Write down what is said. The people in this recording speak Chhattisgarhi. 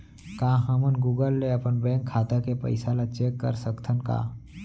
का हमन गूगल ले अपन बैंक खाता के पइसा ला चेक कर सकथन का?